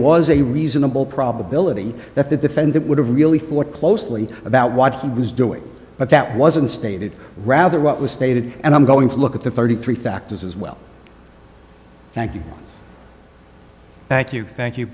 was a reasonable probability that the defendant would have really thought closely about what he was doing but that wasn't stated rather what was stated and i'm going to look at the thirty three factors as well thank you thank you thank you